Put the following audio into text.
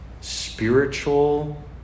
spiritual